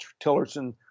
Tillerson